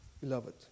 beloved